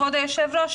כבוד היושב ראש,